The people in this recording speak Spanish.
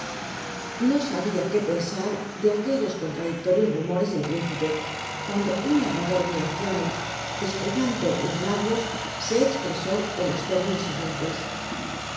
no sabía qué pensar de aquellos coulradiclorios rumores el príncipe cuando uu labrador muy anciano despegando los labios se expresó en los términos siguientes